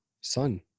son